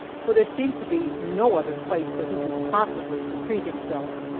for there seemed to be no other place where he could possibly secrete himself.